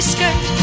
skirt